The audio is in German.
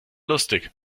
lustig